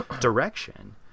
direction